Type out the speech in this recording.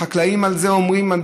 החקלאים אומרים על זה,